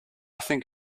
think